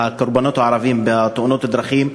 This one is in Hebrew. הקורבנות הערבים בתאונות הדרכים,